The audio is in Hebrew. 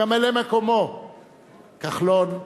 עם ממלא-מקומו כחלון,